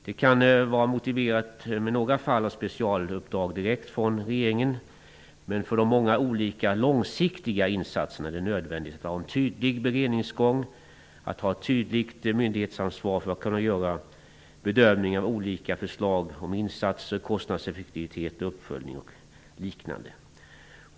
Det kan vara motiverat med några fall av specialuppdrag som handhas direkt av regeringen, men för de många olika långsiktiga insatserna är det nödvändigt med en tydlig beredningsgång och ett tydligt myndighetsansvar för att man skall kunna göra bedömningar av olika förslag om insatser, kostnadseffektivitet, uppföljning och liknande.